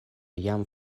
jam